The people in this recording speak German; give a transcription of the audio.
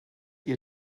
ihr